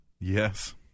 yes